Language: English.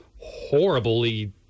horribly